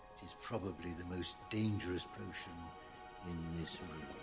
is probably the most dangerous potion in this room.